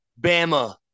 Bama